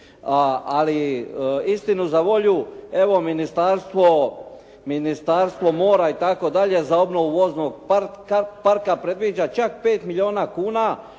ali istinu za volju, evo Ministarstvo mora itd. za obnovu voznog parka predviđa čak 5 milijuna kuna,